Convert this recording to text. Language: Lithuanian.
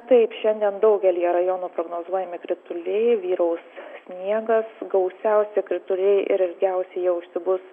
taip šiandien daugelyje rajonų prognozuojami krituliai vyraus sniegas gausiausi krituliai ir ilgiausiai jie užsibus